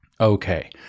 Okay